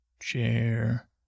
chair